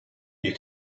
you